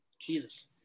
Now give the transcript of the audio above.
Jesus